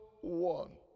One